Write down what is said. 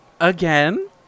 again